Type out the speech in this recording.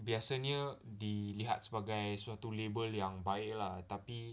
biasanya dilihat sebagai suatu label yang baik lah tapi